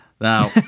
Now